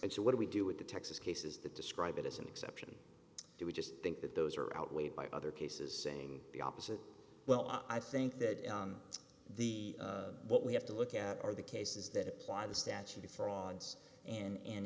and so what do we do with the texas cases that describe it as an exception do we just think that those are outweighed by other cases saying the opposite well i think that the what we have to look at are the cases that apply the statute of fraud